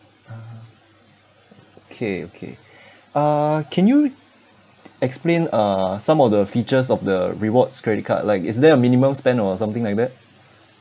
(uh huh) okay okay uh can you explain uh some of the features of the rewards credit card like is there a minimum spend or something like that